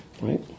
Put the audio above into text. right